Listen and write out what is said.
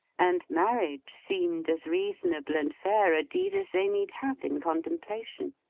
and marriage seemed as reasonable and fair a deed as they need have in contemplation.